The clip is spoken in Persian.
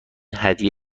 هدیه